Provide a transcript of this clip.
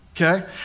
okay